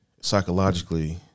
psychologically